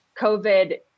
COVID